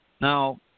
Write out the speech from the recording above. Now